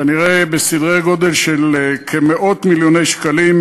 כנראה בסדרי-גודל של מאות-מיליוני שקלים,